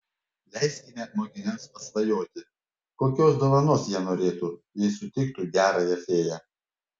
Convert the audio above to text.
leiskime mokiniams pasvajoti kokios dovanos jie norėtų jei sutiktų gerąją fėją